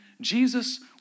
Jesus